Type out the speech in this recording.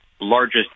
largest